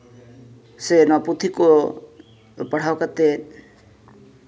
ᱥᱮ ᱱᱚᱣᱟ ᱠᱚ ᱯᱩᱛᱷᱤ ᱯᱟᱲᱦᱟᱣ ᱠᱟᱛᱮ